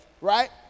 right